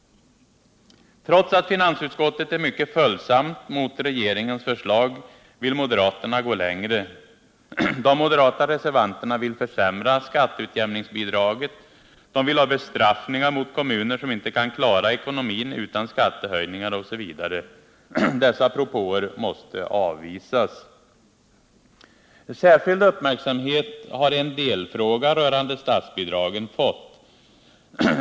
Trots att finansutskottet är mycket följsamt mot regeringens förslag vill moderaterna gå längre. De moderata reservanterna vill försämra skatteutjämningsbidraget. De vill ha bestraffningar mot kommuner som inte kan klara ekonomin utan skattehöjningar osv. Dessa propåer måste avvisas. Särskild uppmärksamhet har en delfråga rörande statsbidragen fått.